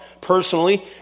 personally